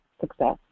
success